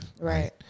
Right